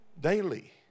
daily